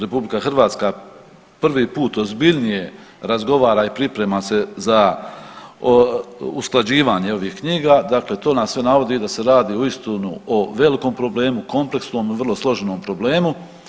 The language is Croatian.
RH prvi put ozbiljnije razgovara i priprema se za usklađivanje ovih knjiga dakle to nas sve navodi da se radi uistinu o velikom problemu, kompleksnom i vrlo složenom problemu.